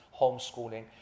homeschooling